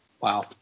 Wow